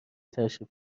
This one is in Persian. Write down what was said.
تشریف